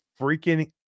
freaking